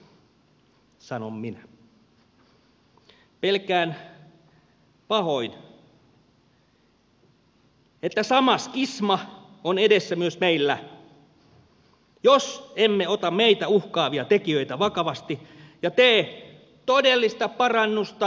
pelkään pahoin että sama skisma on edessä myös meillä jos emme ota meitä uhkaavia tekijöitä vakavasti ja tee todellista parannusta asenteissamme